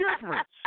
difference